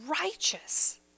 righteous